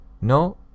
No